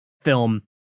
film